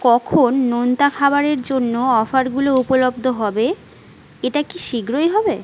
কখন নোনতা খাবারের জন্য অফারগুলো উপলব্ধ হবে এটা কি শীঘ্রই হবে